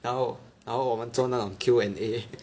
然后然后我们做那种 Q&A